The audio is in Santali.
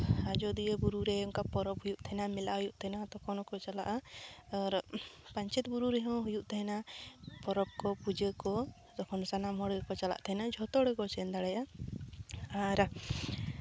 ᱟᱡᱳᱫᱤᱭᱟᱹ ᱵᱩᱨᱩ ᱨᱮ ᱚᱱᱠᱟ ᱯᱚᱨᱚᱵᱽ ᱦᱩᱭᱩᱜ ᱛᱟᱦᱮᱱᱟ ᱢᱮᱞᱟ ᱦᱩᱭᱩᱜ ᱛᱟᱦᱮᱱᱟ ᱛᱚᱠᱷᱚᱱ ᱦᱚᱸᱠᱚ ᱪᱟᱞᱟᱜᱼᱟ ᱟᱨ ᱯᱟᱧᱪᱮᱛ ᱵᱩᱨᱩ ᱨᱮᱦᱚᱸ ᱦᱩᱭᱩᱜ ᱛᱟᱦᱮᱱᱟ ᱯᱚᱨᱚᱵᱽ ᱠᱚ ᱯᱩᱡᱟᱹ ᱠᱚ ᱛᱚᱠᱷᱚᱱ ᱥᱟᱱᱟᱢ ᱦᱚᱲ ᱜᱮᱠᱚ ᱪᱟᱞᱟᱜ ᱛᱟᱦᱮᱱᱟ ᱡᱷᱚᱛᱚ ᱦᱚᱲ ᱜᱮᱠᱚ ᱥᱮᱱ ᱫᱟᱲᱮᱭᱟᱜᱼᱟ ᱟᱨ